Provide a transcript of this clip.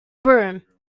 broom